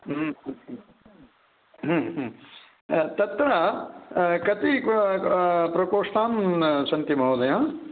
तत्र कति प्रकोष्ठानि सन्ति महोदय